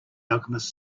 alchemist